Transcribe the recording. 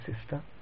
sister